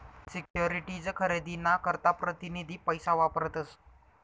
securities खरेदी ना करता प्रतीनिधी पैसा वापरतस